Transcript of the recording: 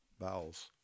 bowels